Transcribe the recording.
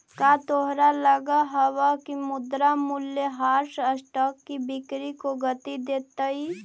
का तोहरा लगअ हवअ की मुद्रा मूल्यह्रास स्टॉक की बिक्री को गती देतई